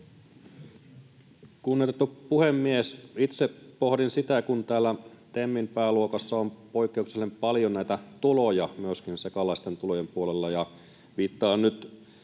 Kunnioitettu puhemies! Itse pohdin sitä, kun täällä TEMin pääluokassa on poikkeuksellisen paljon näitä tuloja myöskin sekalaisten tulojen puolella, ja viittaan nyt